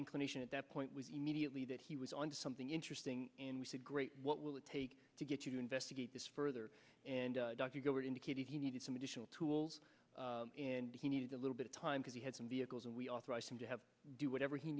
inclination at that point was immediately that he was on to something interesting and we said great what will it take to get you to investigate this further and if you go it indicated he needed some additional tools and he needed a little bit of time because he had some vehicles and we authorized him to have do whatever he